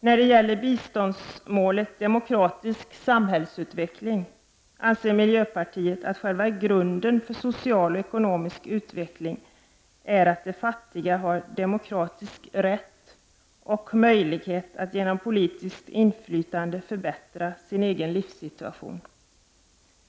När det gäller biståndsmålet demokratisk samhällsutveckling anser miljöpartiet att själva grunden för social och ekonomisk utveckling är att de fattiga har demokratisk rätt och möjlighet att genom politiskt inflytande förbättra sin egen livssituation.